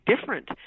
different